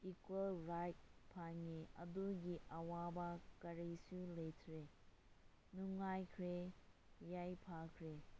equal right ꯐꯪꯏ ꯑꯗꯨꯒꯤ ꯑꯋꯥꯕ ꯀꯔꯤꯁꯨ ꯂꯩꯇ꯭ꯔꯦ ꯅꯨꯡꯉꯥꯏꯈ꯭ꯔꯦ ꯌꯥꯏꯐꯈ꯭ꯔꯦ